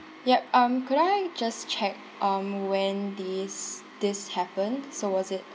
yup um could I just check um when this this happened so was it